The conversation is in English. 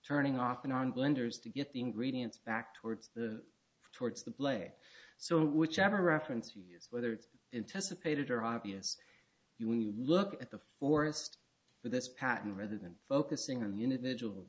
turning off and on blenders to get the ingredients back towards the towards the play so whichever reference you use whether it's in tessa pated or obvious you when you look at the forest for this pattern rather than focusing on the individual